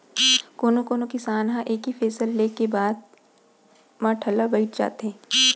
कोनो कोनो किसान ह एके फसल ले के बाद म ठलहा बइठ जाथे